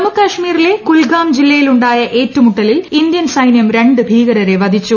ജമ്മു കാശ്മീരിലെ കുൽഗ്ഗാം ജില്ലയിലുണ്ടായ ഏറ്റുമുട്ടലിൽ ഇന്ത്യൻ സൈന്യം രണ്ട് ഭീകരരെ ശ്ചധിച്ചു